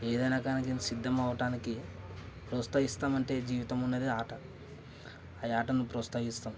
ఏదన్నా కానీ సిద్ధమవటానికి ప్రోస్తహిస్తామంటే జీవితం ఉన్నదే ఆట ఆయా ఆటను ప్రోస్తహిస్తాం